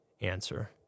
answer